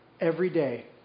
everyday